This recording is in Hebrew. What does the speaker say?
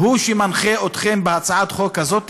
הוא שמנחה אתכם בהצעת החוק הזאת,